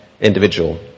individual